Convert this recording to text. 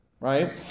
right